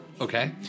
Okay